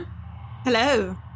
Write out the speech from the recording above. Hello